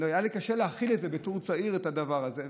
היה לי קשה להכיל את זה בתור צעיר, את הדבר הזה.